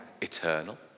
eternal